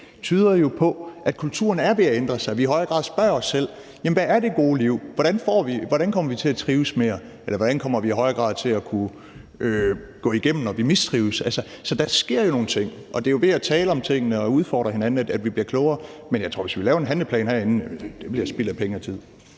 tyder jo på, at kulturen er ved at ændre sig, og at vi i højere grad spørger os selv: Hvad er det gode liv? Hvordan kommer vi til at trives mere? Eller hvordan kommer vi i højere grad til at kunne stå det igennem, når vi mistrives? Så der sker jo nogle ting. Og det er jo ved at tale om tingene og udfordre hinanden, at vi bliver klogere. Men jeg tror, at hvis vi laver en handleplan herinde, bliver det spild af penge og tid.